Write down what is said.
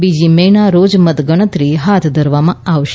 બીજી મેના રોજ મતગણતરી હાથ ધરવામાં આવશે